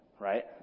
right